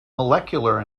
molecular